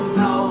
no